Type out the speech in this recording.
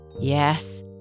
Yes